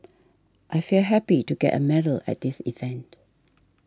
I feel happy to get a medal at this event